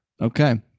Okay